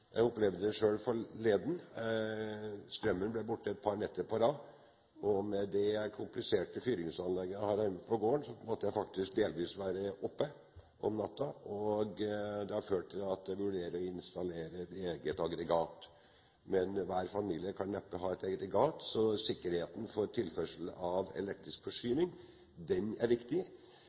Jeg opplevde selv forleden at strømmen ble borte et par netter på rad, og med det kompliserte fyringsanlegget jeg har hjemme på gården, måtte jeg faktisk delvis være oppe om natten. Det har ført til at jeg vurderer å installere et eget aggregat. Men hver familie kan neppe ha et eget aggregat, så sikkerheten for tilførsel av elektrisk forsyning er viktig.